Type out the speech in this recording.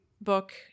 book